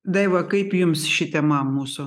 daiva kaip jums ši tema mūsų